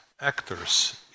actors